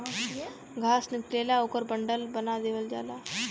घास निकलेला ओकर बंडल बना देवल जाला